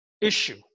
issue